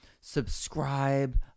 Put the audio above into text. subscribe